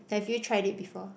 have you tried it before